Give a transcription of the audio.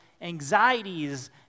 anxieties